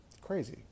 crazy